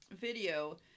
video